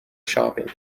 shopping